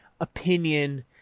opinion